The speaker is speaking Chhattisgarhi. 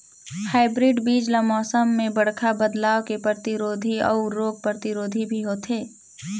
हाइब्रिड बीज ल मौसम में बड़खा बदलाव के प्रतिरोधी अऊ रोग प्रतिरोधी भी होथे